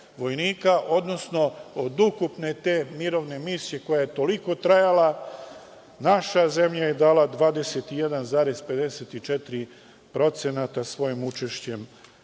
odnosno od ukupne te mirovne misije koja je toliko trajala, naša zemlja je dala 21,54% svojim učešćem